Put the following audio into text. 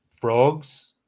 Frogs